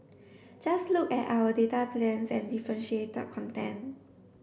just look at our data plans and differentiated content